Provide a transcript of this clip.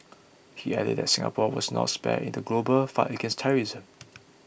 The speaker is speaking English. he added that Singapore was not spared in the global fight against terrorism